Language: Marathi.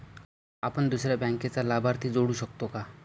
आपण दुसऱ्या बँकेचा लाभार्थी जोडू शकतो का?